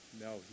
No